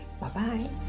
bye-bye